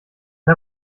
der